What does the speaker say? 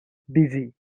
dizzy